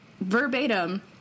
verbatim